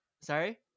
Sorry